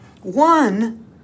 One